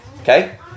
Okay